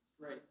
Great